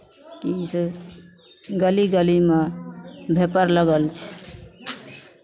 कि से गली गलीमे भेपर लागल छै